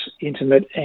intimate